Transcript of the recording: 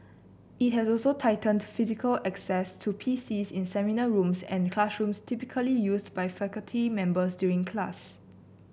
it has also tightened physical access to PCs in seminar rooms and classrooms typically used by faculty members during class